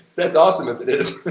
that's awesome if it is.